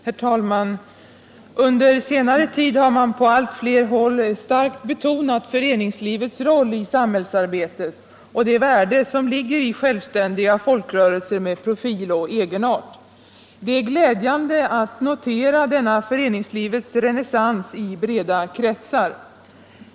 Herr talman! Under senare tid har man på allt fler håll starkt betonat föreningslivets roll i samhällsarbetet och det värde som ligger i självständiga folkrörelser med profil och egenart. Det är glädjande att notera denna föreningslivets renässans i breda kretsar.